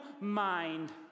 mind